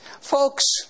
folks